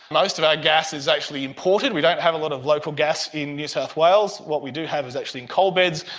most of our gas is actually imported, we don't have a lot of local gas in new south wales, what we do have is actually is coal beds,